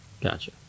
Gotcha